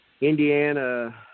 Indiana